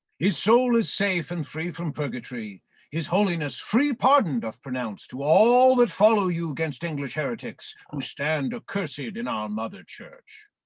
soul is safe and free from purgatory his holiness free pardon doth pronounce to all that follow you gainst english heretics, who stand accursed in our mother church.